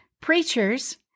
preachers